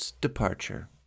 Departure